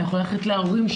היא יכולה ללכת להורים,